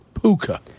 Puka